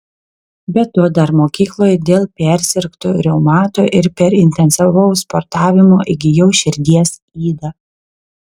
be to dar mokykloje dėl persirgto reumato ir per intensyvaus sportavimo įgijau širdies ydą